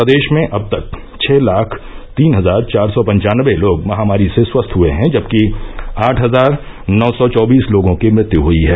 प्रदेश में अब तक छ लाख तीन हजार चार सौ पंचानबे लोग महामारी से स्वस्थ हुए हैं जबकि आठ हजार नौ सौ चौबीस लोगों की मृत्यु हुयी है